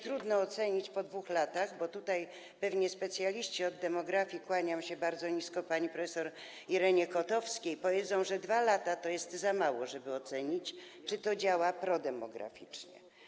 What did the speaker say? Trudno ocenić po 2 latach, bo pewnie specjaliści od demografii - kłaniam się bardzo nisko pani prof. Irenie Kotowskiej - powiedzą, że 2 lata to jest za krótko, żeby ocenić, czy to działa prodemograficznie.